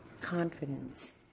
confidence